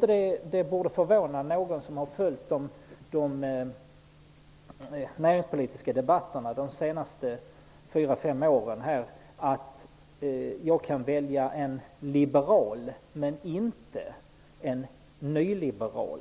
Det borde inte förvåna någon som har följt de näringspolitiska debatterna här i riksdagen under de senaste fyra fem åren att jag kan välja en liberal men inte en nyliberal